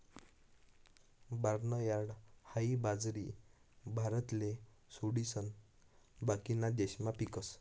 barnyard हाई बाजरी भारतले सोडिसन बाकीना देशमा पीकस